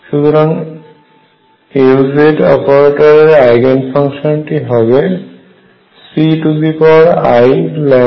সুতরাং Lz অপারেটরের eigen ফাংশনটি হবে Ceiλℏ